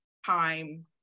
time